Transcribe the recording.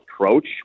approach